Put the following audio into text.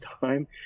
time